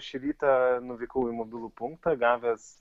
šį rytą nuvykau į mobilų punktą gavęs